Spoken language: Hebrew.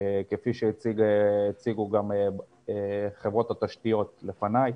כפי שהציגו גם חברות התשתיות לפניי,